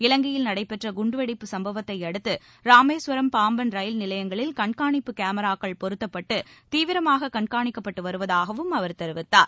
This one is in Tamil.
இலங்கையில் நடைபெற்ற குண்டுவெடிப்பு சம்பவத்தையடுத்து ராமேஸ்வரம் பாம்பன் ரயில் நிலையங்களில் கண்காணிப்பு கேமராக்கள் பொருத்தப்பட்டு தீவிரமாக கண்காணிக்கப்பட்டு வருவதாகவும் அவர் தெரிவித்தார்